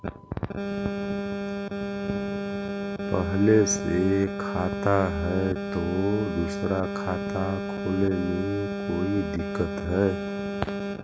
पहले से खाता है तो दूसरा खाता खोले में कोई दिक्कत है?